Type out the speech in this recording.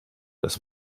das